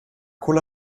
cola